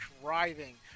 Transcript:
driving